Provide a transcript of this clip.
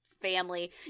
family